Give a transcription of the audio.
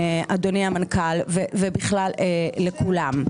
אדוני המנכ"ל ובכלל לכולם,